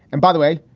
and by the way,